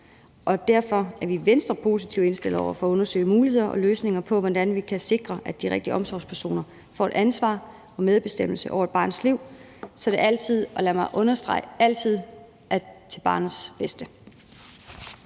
og derfor er vi i Venstre positivt indstillet over for at undersøge muligheder for og løsninger på, hvordan vi kan sikre, at de rigtige omsorgspersoner får et ansvar og medbestemmelse over et barns liv, så det altid – og lad mig understrege altid – er til barnets bedste.